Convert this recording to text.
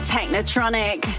Technotronic